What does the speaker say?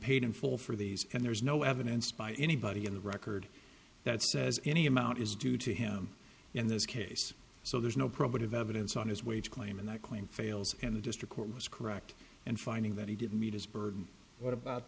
paid in full for these and there's no evidence by anybody in the record that says any amount is due to him in this case so there's no probative evidence on his way to claim and that claim fails and the district court was correct and finding that he didn't meet his burden what about